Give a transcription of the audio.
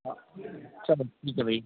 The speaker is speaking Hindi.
हाँ चलो ठीक है भाई